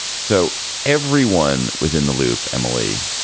so everyone was in the loop. emily.